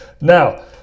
Now